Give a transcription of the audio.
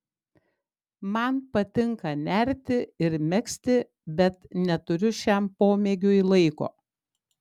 man patinka nerti ir megzti bet neturiu šiam pomėgiui laiko